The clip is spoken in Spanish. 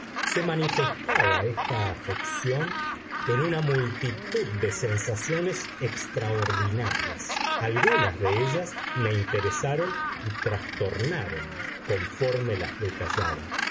se manifestaba esta afección en una multitud de sensaciones extraordinarias algunas de ellas me interesaron y trastornaron conforme las detallaba